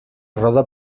roda